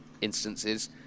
instances